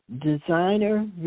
designer